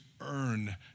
earn